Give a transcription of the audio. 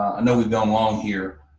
i know we've been um long here,